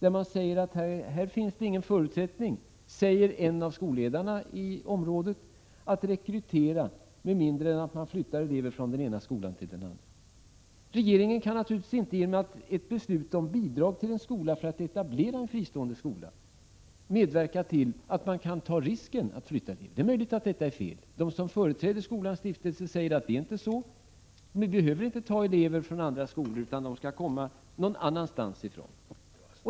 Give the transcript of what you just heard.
En av skolledarna i området säger alltså att det i det här fallet inte finns några förutsättningar att rekrytera elever med mindre än att de flyttas från den ena skolan till den andra. Regeringen kan naturligtvis inte genom beslut om bidrag för etablering av en fristående skola medverka till att man tar risken att elever måste flyttas. Det är möjligt att detta är fel. De som företräder skolans stiftelse säger att man inte skulle behöva ta elever från andra skolor, utan eleverna skulle komma någon annanstans ifrån.